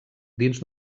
dins